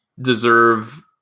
deserve